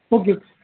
okay